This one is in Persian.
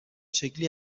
شکلی